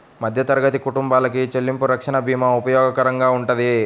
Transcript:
మధ్యతరగతి కుటుంబాలకి చెల్లింపు రక్షణ భీమా ఉపయోగకరంగా వుంటది